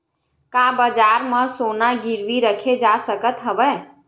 का बजार म सोना गिरवी रखे जा सकत हवय?